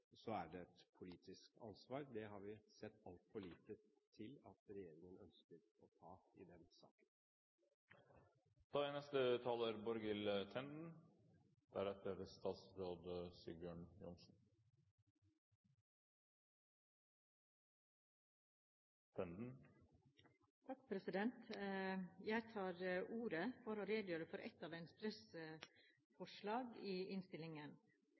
er det et politisk ansvar. Det har vi sett altfor lite til at regjeringen ønsker å ta i den saken. Representanten Hans Olav Syversen har tatt opp de forslagene han refererte til. Jeg tar ordet for å redegjøre for et av Venstres forslag i innstillingen.